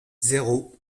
zéro